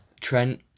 Trent